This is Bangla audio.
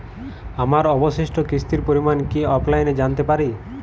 আমার অবশিষ্ট কিস্তির পরিমাণ কি অফলাইনে জানতে পারি?